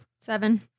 Seven